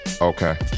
Okay